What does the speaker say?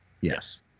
Yes